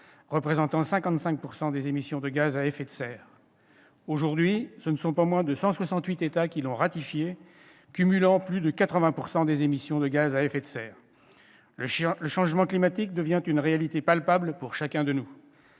représentant 55 % des émissions de gaz à effet de serre. Aujourd'hui, ce ne sont pas moins de 168 États cumulant plus de 80 % des émissions de gaz à effet de serre qui l'ont ratifié. Le changement climatique devient une réalité palpable pour chacun de nous.